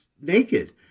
naked